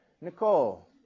Nicole